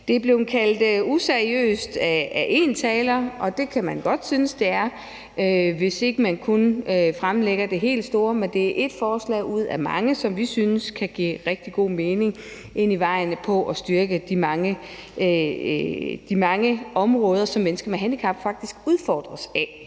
er blevet kaldt useriøst af en taler, og det kan man synes det er, hvis ikke man kun fremlægger det helt store, men det er et forslag ud af mange, som vi synes kan give rigtig god mening ind i at styrke de mange områder, som mennesker med handicap faktisk udfordres af.